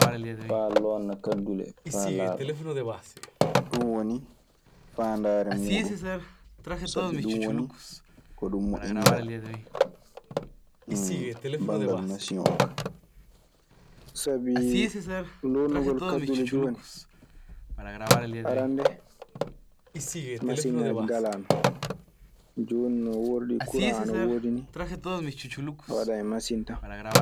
Faa loonna kaddule faa laaɓa. Ɗun woni faandaare muuɗun. Sabi ɗun woni ko ɗun moƴƴiniraa. banngal masiŋ oo kaa. Sabi loonnugol kaddule jooni… arannde masiŋaaji ngalaano. Jooni no woordi, kuran ana woodi nii a waɗan e masiŋ tan.